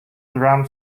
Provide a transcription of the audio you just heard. drum